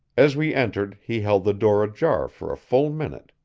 as we entered, he held the door ajar for a full minute,